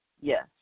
yes